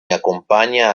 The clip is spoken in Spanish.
acompaña